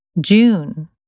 June